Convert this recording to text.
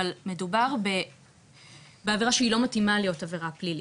אבל מדובר בעבירה שהיא לא מתאימה להיות עבירה פלילית.